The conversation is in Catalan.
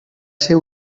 ser